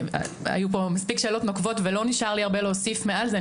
היו כאן מספיק שאלות נוקבות ולא נשאר לי הרבה להוסיף מעל זה.